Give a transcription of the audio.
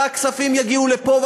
והכספים יגיעו לפה,